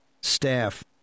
staff